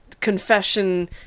confession